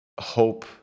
hope